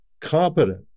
competent